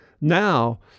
now